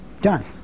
Done